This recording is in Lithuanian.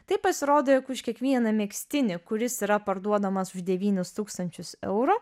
tai pasirodo jog už kiekvieną megztinį kuris yra parduodamas už devynis tūkstančius eurų